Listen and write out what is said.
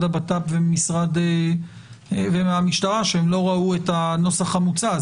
הבט"פ ומהמשטרה שהם לא ראו את הנוסח המוצע.